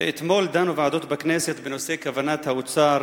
אתמול דנו ועדות בכנסת בנושא כוונת האוצר